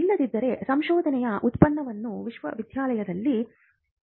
ಇಲ್ಲದಿದ್ದರೆ ಸಂಶೋಧನೆಯ ಉತ್ಪನ್ನವು ವಿಶ್ವವಿದ್ಯಾಲಯದಲ್ಲಿ ಉಳಿಯಬಹುದು